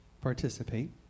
participate